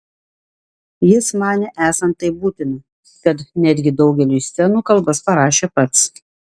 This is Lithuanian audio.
jis manė esant taip būtina kad netgi daugeliui scenų kalbas parašė pats